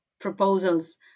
proposals